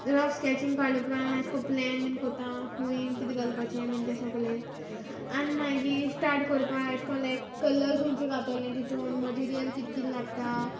rough sketching काड्ल उपरांत मागीर अेश कोन्न प्लेन बीन कोतां हूंय कीत घालपाचें बीन तें सोगलें आनी मागीर स्टार्ट कोरपा अेश कोन्न लायक कलर्स हूंयच घातोलें तितून मटिरीयल कीत कीत लागता